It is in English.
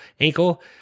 ankle